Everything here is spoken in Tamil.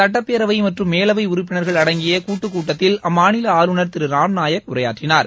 சுட்டப் பேரவை மற்றும் மேலவை உறுப்பினர்கள் அடங்கிய கூட்டுக் கூட்டத்தில் அம்மாநில ஆளுநர் திரு ராம்நாயக் உரையாற்றினார்